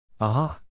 Aha